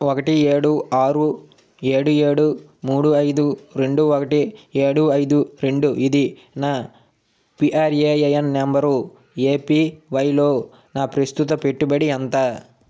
ఒకటి ఏడు ఆరు ఏడు ఏడు మూడు ఐదు రెండు ఒకటి ఏడు ఐదు రెండు ఇది నా పిఆర్ఏఎన్ నంబరు ఏపీవైలో నా ప్రస్తుత పెట్టుబడి ఎంత